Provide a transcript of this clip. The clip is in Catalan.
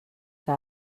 que